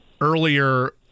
earlier